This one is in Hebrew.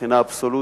מבחינה אבסולוטית,